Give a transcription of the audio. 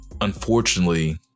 unfortunately